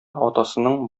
атасының